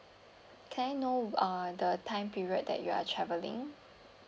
can I know uh the time period that you are travelling